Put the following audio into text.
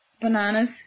bananas